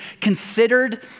considered